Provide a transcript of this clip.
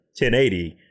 1080